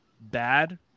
bad